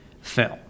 film